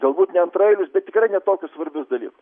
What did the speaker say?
galbūt ne antraeilius bet tikrai ne tokius svarbius dalyk